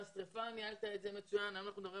את אירוע השריפה ניהלת מצוין והיום אנחנו מדברים